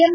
M